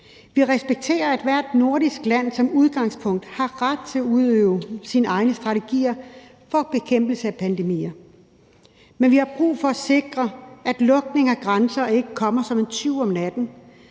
Vi respekterer ethvert nordisk land, der som udgangspunkt har ret til at udøve sine egne strategier for bekæmpelse af pandemier, men vi har brug for at sikre, at lukning af grænser ikke kommer som en tyv om natten